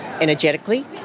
energetically